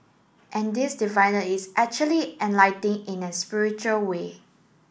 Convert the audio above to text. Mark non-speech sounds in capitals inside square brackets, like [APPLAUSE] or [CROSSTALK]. and this [UNINTELLIGIBLE] is actually [UNINTELLIGIBLE] in a spiritual way